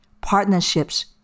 partnerships